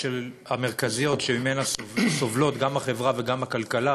המרכזיות שמהן סובלות גם החברה וגם הכלכלה,